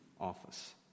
office